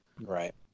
Right